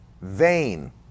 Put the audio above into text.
vain